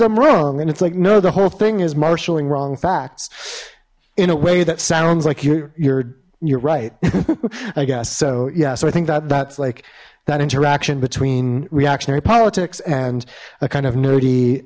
them wrong and it's like no the whole thing is marshaling wrong facts in a way that sounds like you you're you're right i guess so yeah so i think that that's like that interaction between reactionary politics and a kind of n